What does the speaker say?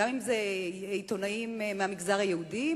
עיתונאים מהמגזר היהודי,